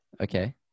Okay